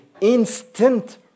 instant